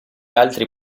altri